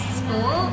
school